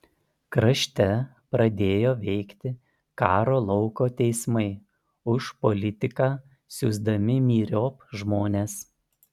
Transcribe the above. krašte pradėjo veikti karo lauko teismai už politiką siųsdami myriop žmones